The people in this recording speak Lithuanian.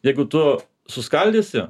jeigu tu suskaldysi